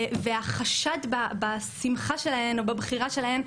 החשד בשמחה שלהן או בבחירה שלהן,